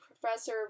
Professor